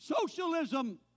socialism